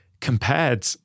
compared